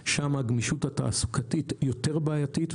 שם הגמישות התעסוקתית בעייתית יותר.